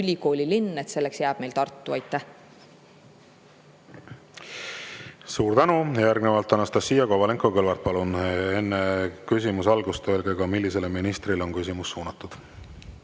ülikoolilinnaks jääb meil Tartu. Suur tänu! Järgnevalt Anastassia Kovalenko-Kõlvart, palun! Enne küsimuse algust öelge, millisele ministrile on küsimus suunatud.